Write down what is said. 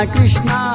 Krishna